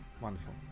wonderful